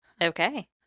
Okay